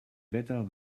better